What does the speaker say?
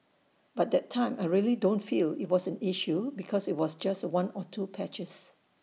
but that time I really don't feel IT was an issue because IT was just one or two patches